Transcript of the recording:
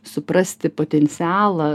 suprasti potencialą